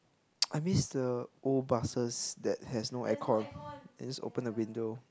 I miss the old buses that has no aircon I just open the window